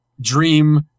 dream